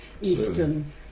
Eastern